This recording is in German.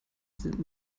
sind